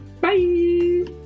bye